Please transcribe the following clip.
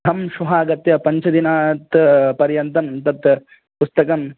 अहं श्वः आगत्य पञ्चदिनात् पर्यन्तं तत् पुस्तकं